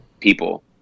people